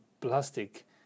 plastic